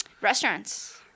Restaurants